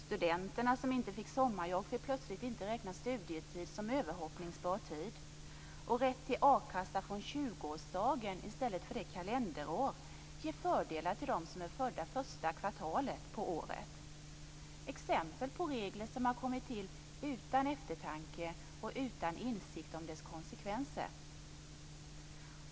Studenterna som inte fick sommarjobb fick plötsligt inte räkna studietid som överhoppningsbar tid. Rätt till a-kassa från 20-årsdagen i stället för efter kalenderår ger fördelar till dem som är födda första kvartalet på året. Det är exempel på regler som har kommit till utan eftertanke och utan insikt om dess konsekvenser.